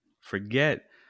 forget